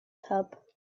tub